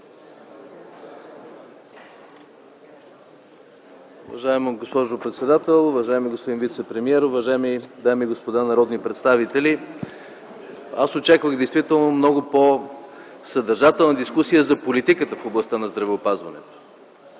Уважаема госпожо председател, уважаеми господин вицепремиер, уважаеми дами и господа народни представители! Аз очаквах действително много по-съдържателна дискусия за политиката в областта на здравеопазването.